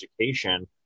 education